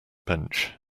bench